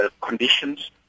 conditions